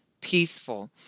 peaceful